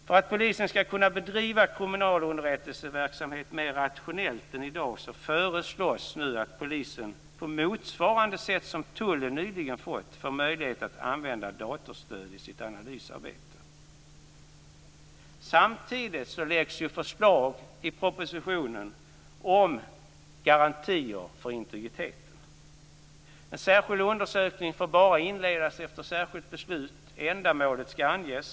För att polisen skall kunna bedriva kriminalunderrättelseverksamhet mer rationellt än i dag föreslås nu att polisen, på motsvarande sätt som tullen nyligen fått, får möjlighet att använda datorstöd i sitt analysarbete. Samtidigt läggs det fram förslag i propositionen om garantier för integriteten. En särskild undersökning får bara inledas efter särskilt beslut. Ändamålet skall anges.